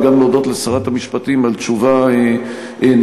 וגם להודות לשרת המשפטים על תשובה נחרצת.